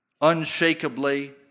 unshakably